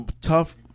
tough